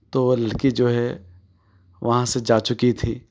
تو وہ لڑکی جو ہے وہاں سے جا چکی تھی